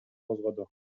козгоду